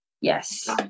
Yes